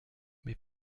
mais